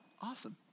Awesome